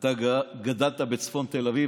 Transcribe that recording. אתה גדלת בצפון תל אביב.